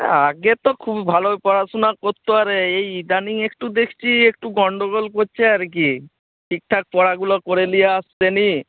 আগে তো খুব ভালো পড়াশুনা করত আরে এই ইদানীং একটু দেখছি একটু গণ্ডগোল করছে আর কি ঠিকঠাক পড়াগুলো করে নিয়ে আসছে না